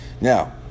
Now